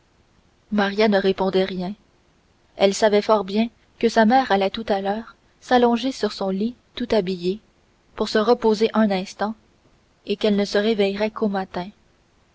ne répondait rien elle savait fort bien que sa mère allait tout à l'heure s'allonger sur son lit tout habillée pour se reposer un instant et qu'elle ne se réveillerait qu'au matin